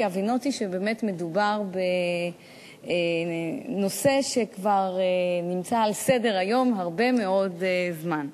כי הבינותי שבאמת מדובר בנושא שכבר נמצא על סדר-היום הרבה מאוד זמן.